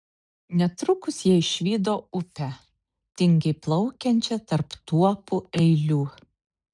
netrukus jie išvydo upę tingiai plaukiančią tarp tuopų eilių